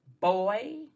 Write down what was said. boy